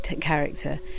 character